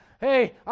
Hey